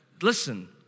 Listen